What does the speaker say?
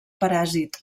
paràsit